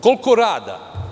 Koliko rada?